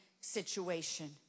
situation